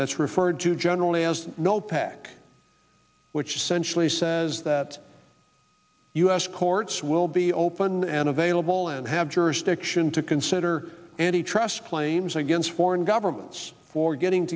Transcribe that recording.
that's referred to generally as the no pac which sensually says that u s courts will be open and available and have jurisdiction to consider antitrust claims against foreign governments for getting